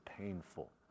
painful